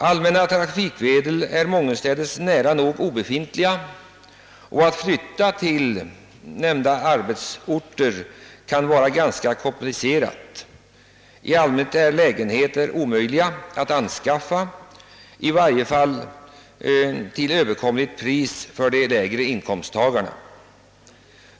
Allmänna trafikmedel är mångenstädes nära nog obefintliga och att flytta till nämnda arbetsorter kan vara ganska komplicerat. Ofta är lägenheter omöjliga att anskaffa, i varje fall till överkomligt pris för de lägre inkomsttagarna.